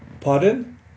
Pardon